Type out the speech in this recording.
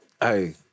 Hey